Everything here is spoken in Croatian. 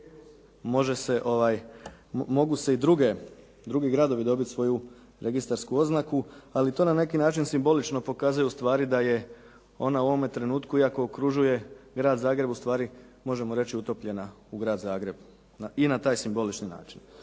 VG. Mogu se i drugi gradovi dobiti svoju registarsku oznaku, ali to na neki način simbolično pokazuje u stvari da je ona u ovome trenutku iako okružuje Grad Zagreb u stvari možemo reći utopljena u Grad Zagreb i na taj simbolični način.